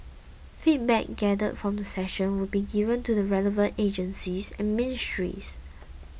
feedback gathered from the session will be given to the relevant agencies and ministries